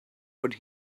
what